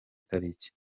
tariki